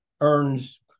earns